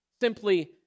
simply